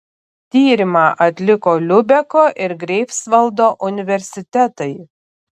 tyrimą atliko liubeko ir greifsvaldo universitetai